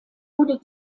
wurde